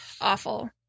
awful